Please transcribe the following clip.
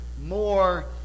more